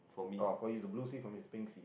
oh for you is the blue sea for me is pink sea